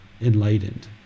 enlightened